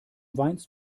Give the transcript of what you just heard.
weinst